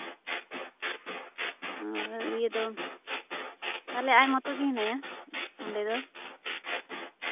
ᱟᱨ ᱤᱭᱟᱹ ᱫᱚ ᱛᱟᱦᱞᱮ ᱟᱡ ᱢᱚᱛᱚ ᱜᱮ ᱦᱮᱱᱟᱭᱟ ᱚᱸᱰᱮ ᱫᱚ